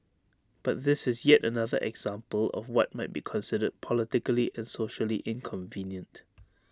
but this is yet another example of what might be considered politically and socially inconvenient